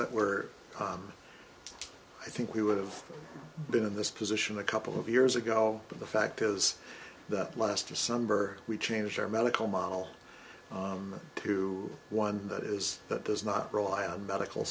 that we're i think we would have been in this position a couple of years ago but the fact is that last december we changed our medical model to one that is that there's not rely on medical